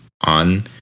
on